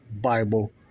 Bible